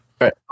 right